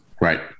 Right